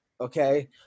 Okay